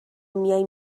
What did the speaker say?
میای